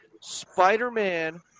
Spider-Man